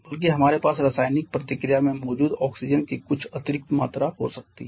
बल्कि हमारे पास रासायनिक प्रतिक्रिया में मौजूद ऑक्सीजन की कुछ अतिरिक्त मात्रा हो सकती है